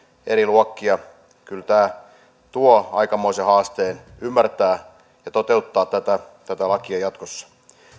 eri luokkia kyllä tämä tuo aikamoisen haasteen ymmärtää ja toteuttaa tätä tätä lakia jatkossa